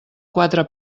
quatre